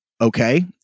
okay